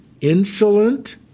insolent